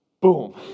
boom